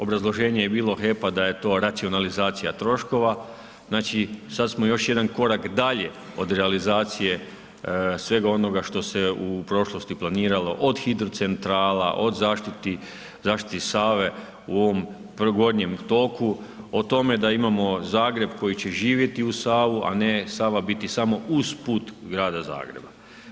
Obrazloženje je bilo HEP-a da je to racionalizacija troškova, znači, sad smo još jedan korak dalje od realizacije svega onoga što se u prošlosti planiralo, od hidrocentrala, od zaštiti Save u ovom gornjem toku, o tome da imamo Zagreb koji će živjeti uz Savu, a ne Sava biti samo usput grada Zagreba.